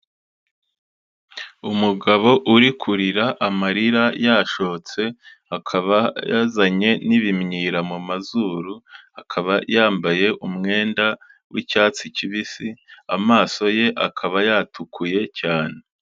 Umugabo uri kurira amarira yashotse, akaba yazanye n'ibimwira mu mazuru, akaba yambaye umwenda w'icyatsi kibisi, amaso ye akaba yatukuye cyane.